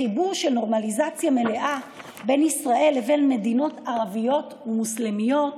לחיבור של נורמליזציה מלאה בין ישראל לבין מדינות ערביות מוסלמיות